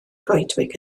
goedwig